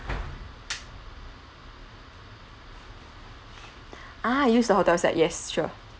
ah use the hotel's site yes sure